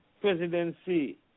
presidency